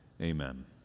Amen